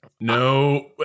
No